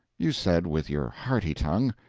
you said with your hearty tongue,